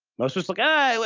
most of us, look, i mean